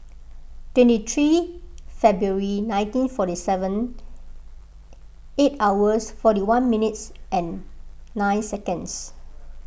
twenty three February nineteen forty seven eight hours forty one minutes and nine seconds